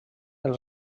els